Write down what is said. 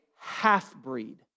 Half-breed